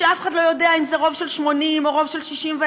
שאף אחד לא יודע אם זה רוב של 80 או רוב של 61,